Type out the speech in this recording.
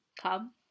come